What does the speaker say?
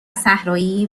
صحرایی